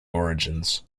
origins